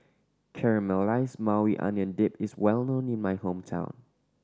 Caramelized Maui Onion Dip is well known in my hometown